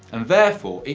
and therefore,